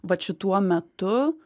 vat šituo metu